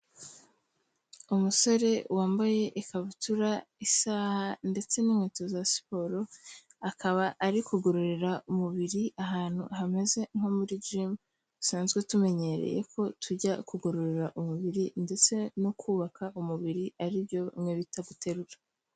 Umusore wambaye ikabutura, isaha ndetse n'inkweto za siporo, akaba ari kugororera umubiri ahantu hameze nko muri gym, dusanzwe tumenyereye ko tujya kugororera umubiri ndetse no kubaka umubiri ari byo mwe bita guterura.